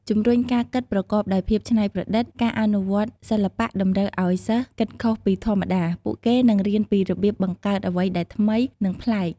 ជំរុញការគិតប្រកបដោយភាពច្នៃប្រឌិតការអនុវត្តសិល្បៈតម្រូវឱ្យសិស្សគិតខុសពីធម្មតា ពួកគេនឹងរៀនពីរបៀបបង្កើតអ្វីដែលថ្មី និងប្លែក។